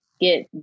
get